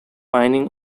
mining